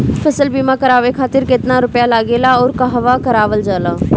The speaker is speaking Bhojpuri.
फसल बीमा करावे खातिर केतना रुपया लागेला अउर कहवा करावल जाला?